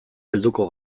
helduko